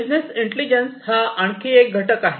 business intelligence हा आणखी एक घटक आहे